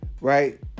right